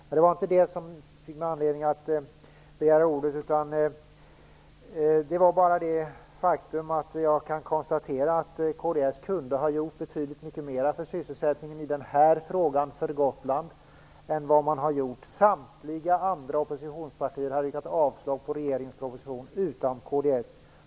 Men det var inte detta som gav mig anledning att begära ordet, utan det var det faktum att jag kan konstatera att kds kunde ha gjort betydligt mer för sysselsättningen på Gotland i den här frågan än vad man har gjort. Samtliga oppositionspartier utom kds har yrkat avslag på regeringens proposition.